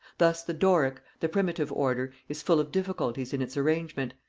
thus the doric, the primitive order, is full of difficulties in its arrangement,